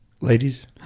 ladies